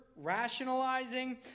Rationalizing